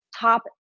top